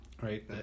right